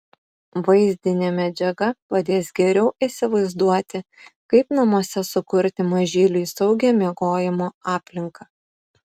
vaizdinė medžiaga padės geriau įsivaizduoti kaip namuose sukurti mažyliui saugią miegojimo aplinką